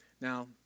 Now